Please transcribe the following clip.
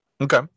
Okay